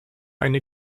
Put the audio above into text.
eine